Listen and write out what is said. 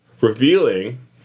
revealing